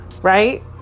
Right